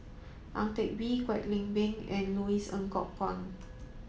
Ang Teck Bee Kwek Leng Beng and Louis Ng Kok Kwang